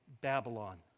Babylon